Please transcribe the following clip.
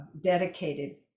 dedicated